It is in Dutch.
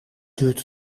duurt